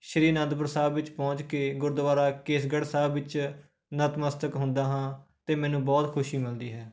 ਸ਼੍ਰੀ ਅਨੰਦਪੁਰ ਸਾਹਿਬ ਵਿੱਚ ਪਹੁੰਚ ਕੇ ਗੁਰਦੁਆਰਾ ਕੇਸਗੜ੍ਹ ਸਾਹਿਬ ਵਿੱਚ ਨਤਮਸਤਕ ਹੁੰਦਾ ਹਾਂ ਅਤੇ ਮੈਨੂੰ ਬਹੁਤ ਖੁਸ਼ੀ ਮਿਲਦੀ ਹੈ